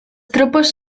tropes